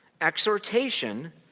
exhortation